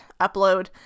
upload